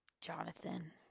Jonathan